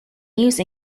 use